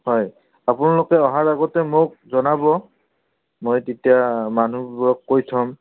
হয় আপোনালোকে অহাৰ আগতে মোক জনাব মই তেতিয়া মানুহবোৰক কৈ থ'ম